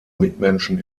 mitmenschen